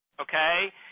Okay